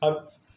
હા